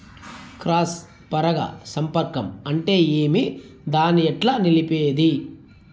Cross పరాగ సంపర్కం అంటే ఏమి? దాన్ని ఎట్లా నిలిపేది?